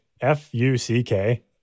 F-U-C-K